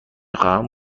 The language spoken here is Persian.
خواهم